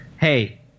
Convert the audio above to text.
hey